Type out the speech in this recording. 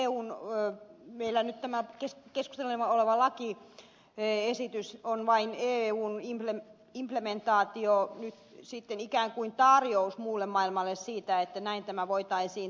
eli tämä meillä nyt keskusteltavana oleva lakiesitys on vain eun implementaatio ikään kuin tarjous muulle maailmalle siitä että näin tämä voitaisiin toteuttaa